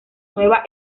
nueva